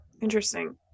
interesting